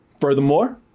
Furthermore